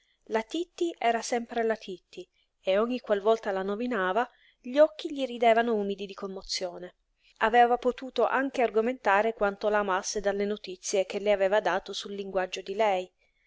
la titti era sempre la titti e ogni qual volta la nominava gli occhi gli ridevano umidi di commozione aveva potuto anche argomentare quanto la amasse dalle notizie che le aveva dato sul linguaggio di lei